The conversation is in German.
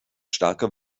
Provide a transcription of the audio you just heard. starker